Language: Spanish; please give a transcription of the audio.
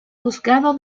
juzgado